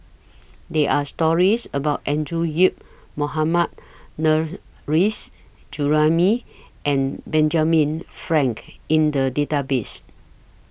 There Are stories about Andrew Yip Mohammad Nurrasyid Juraimi and Benjamin Frank in The Database